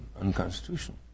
unconstitutional